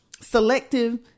selective